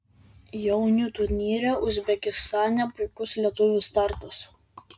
jaunių turnyre uzbekistane puikus lietuvių startas